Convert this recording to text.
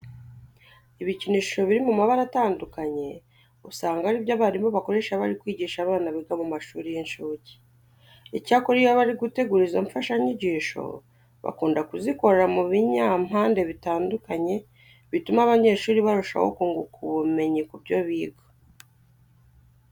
Ibikinisho biri mu mabara atandukanye usanga ari byo abarimu bakoresha bari kwigisha abana biga mu mashuri y'incukke. Icyakora iyo bari gutegura izo mfashanyigisho bakunda kuzikora mu binyampande bitandukanye bituma abanyeshuri barushaho kunguka ubumenyi ku byo biga.